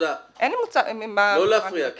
לא להפריע.